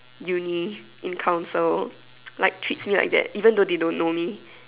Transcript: uni in count so like treat me like that even thought they don't know me